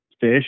fish